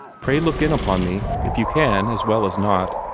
pray look in upon me, if you can as well as not.